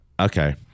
Okay